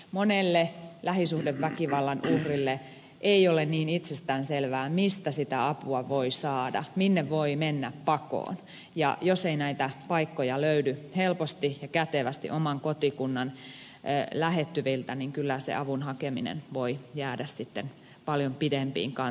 monelle lähisuhdeväkivallan uhrille ei ole niin itsestäänselvää mistä sitä apua voi saada minne voi mennä pakoon ja jos ei näitä paikkoja löydy helposti ja kätevästi oman kotikunnan lähettyviltä kyllä se avun hakeminen voi jäädä sitten paljon pidempiin kantimiin